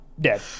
dead